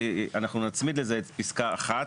אנחנו נצמיד לזה את פסקה (1),